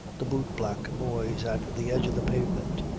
the boot-black boys at the edge of the pavement,